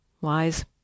wise